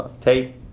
tape